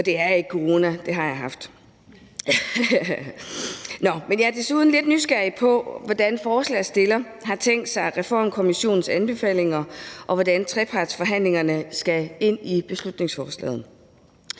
at det her er den rigtige løsning. Jeg er desuden lidt nysgerrig på, hvordan forslagsstillerne har tænkt sig at få Reformkommissionens anbefalinger og trepartsforhandlingerne ind i beslutningsforslaget.